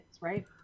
right